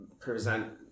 present